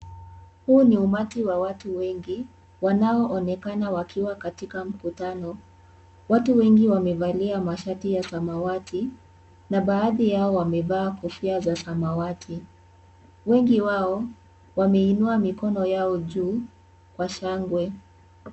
Huu ni umati wa watu wengi wanaoonekana wakiwa katika mkutano. Watu wengi wamevalia mashati ya samawati na baadhi yao wamevaa kofia za samawati. Wengi wao wameinua mikono yao juu kwa shangwe.